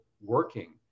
working